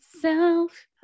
Self